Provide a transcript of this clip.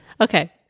Okay